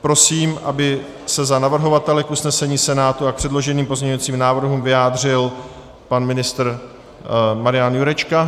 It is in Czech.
Prosím, aby se za navrhovatele k usnesení Senátu a k předloženým pozměňovacím návrhům vyjádřil pan ministr Marian Jurečka.